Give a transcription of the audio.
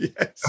yes